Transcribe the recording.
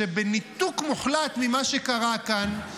שבניתוק מוחלט ממה שקרה כאן,